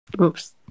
Oops